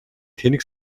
тэнэг